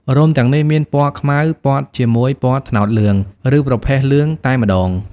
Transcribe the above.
រោមទាំងនេះមានពណ៌ខ្មៅព័ទ្ធជាមួយពណ៌ត្នោតលឿង ឬប្រផេះលឿងតែម្ដង។